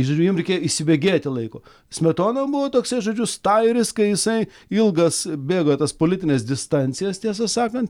žodžiu jiem reikėjo įsibėgėti laiko smetona buvo toksai žodžiu stajeris kai jisai ilgas bėgo tas politines distancijas tiesą sakant